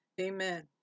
amen